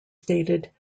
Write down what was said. stated